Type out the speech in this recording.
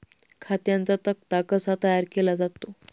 खात्यांचा तक्ता कसा तयार केला जातो?